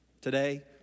today